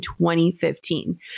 2015